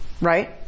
right